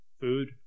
food